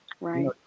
Right